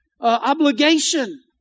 obligation